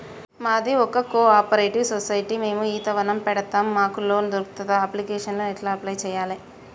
మాది ఒక cooperative society మేము ఈత వనం పెడతం మాకు లోన్ దొర్కుతదా? అప్లికేషన్లను ఎట్ల అప్లయ్ చేయాలే?